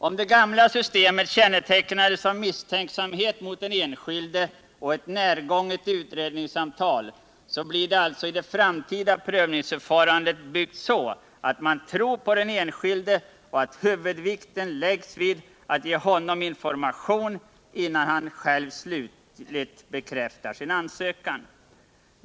Om det gamla systemet kännetecknades av misstänksamhet mot den enskilde och ett närgånget utredningssamtal så blir alltså det framtida prövningsförfarandet uppbyggt på att man tror på den enskilde och att huvudvikten läggs vid att ge honom information innan han slutligt bekräftar sin ansökan.